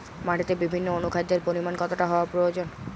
মাটিতে বিভিন্ন অনুখাদ্যের পরিমাণ কতটা হওয়া প্রয়োজন?